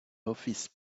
office